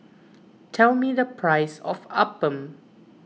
tell me the price of Appam